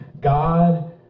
God